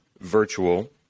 virtual